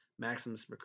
Maximus